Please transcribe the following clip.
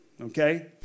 okay